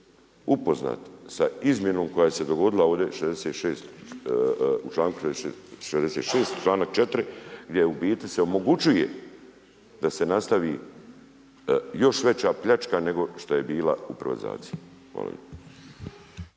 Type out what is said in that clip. upoznat sa izmjenom koja se dogodila u članku 66. članak 4. gdje u biti se omogućuje da se nastavi još veća pljačka bila u privatizaciji.